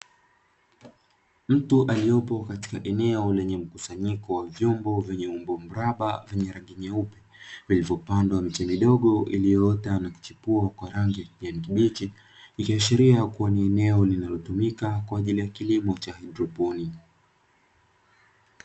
Mtu aliyepo katika eneo lenye mkusanyiko wa vyombo vyenye umbo mraba vyenye rangi nyeupe, vilivyopandwa miche midogo iliyoota na kuchipua kwa rangi ya kijani kibichi ikiashiria kuwa ni eneo linalotumika kwa ajili ya kilimo cha haidroponi.